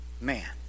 man